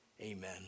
Amen